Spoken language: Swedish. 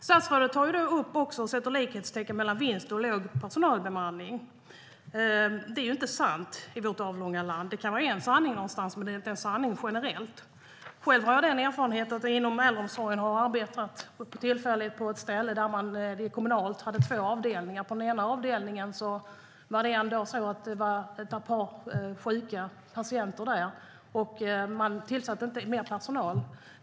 Statsrådet tar upp och sätter likhetstecken mellan vinst och låg personalbemanning. Det inte sant i vårt avlånga land. Det kan vara en sanning någonstans, men det är inte en sanning generellt. Själv har jag erfarenhet från att ha arbetat inom äldreomsorgen tillfälligt på ett ställe där vi kommunalt hade två avdelningar. På den ena avdelningen fanns det en dag ett par sjuka patienter, men man tillsatte inte mer personal.